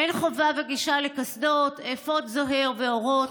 אין חובה וגישה לקסדות, אפוד זוהר ואורות,